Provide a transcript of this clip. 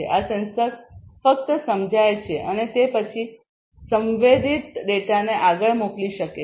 આ સેન્સર્સ ફક્ત સમજાય છે અને તે પછી સંવેદિત ડેટાને આગળ મોકલી શકે છે